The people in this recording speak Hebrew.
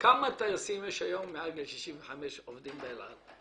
כמה טייסים מעל גיל 65 עובדים היום באל על?